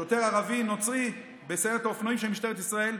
שוטר ערבי נוצרי בסיירת האופנועים של משטרת ישראל,